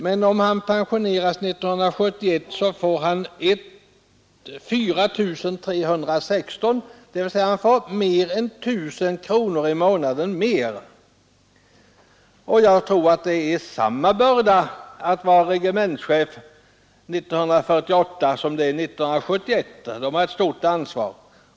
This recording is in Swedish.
Men om han pensionerades 1971 får han 4 316 kronor, dvs. över 1 000 kronor mer i månaden. Jag tror att det var lika tungt att vara regementschef 1948 som det var 1971. De har båda haft ett stort ansvar.